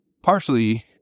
partially